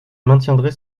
maintiendrai